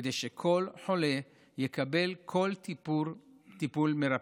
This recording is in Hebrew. כדי שכל חולה יקבל כל טיפול מרפא.